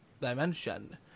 dimension